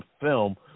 film